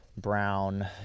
brown